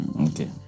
Okay